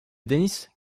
dennis